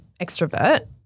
extrovert